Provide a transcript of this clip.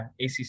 ACC